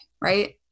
right